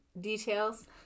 details